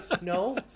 no